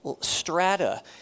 strata